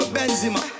Benzema